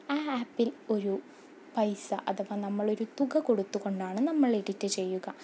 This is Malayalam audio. ആ ആപ്പിൽ ഒരു പൈസ അഥവാ നമ്മൾ ഒരു തുക കൊടുത്തുകൊണ്ടാണ് നമ്മൾ എഡിറ്റ് ചെയ്യുക